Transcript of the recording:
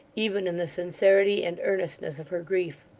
even in the sincerity and earnestness of her grief?